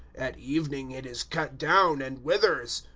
at evening, it is cut down and withers.